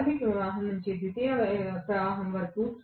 ప్రాధమిక ప్రవాహం నుండి ద్వితీయ ప్రవాహం వరకు